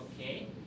Okay